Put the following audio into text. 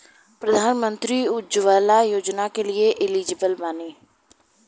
प्रधानमंत्री उज्जवला योजना के लिए एलिजिबल बानी?